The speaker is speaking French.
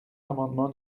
l’amendement